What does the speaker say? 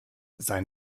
sein